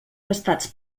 gastats